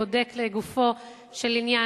בודק לגופו של עניין,